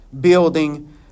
building